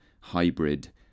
hybrid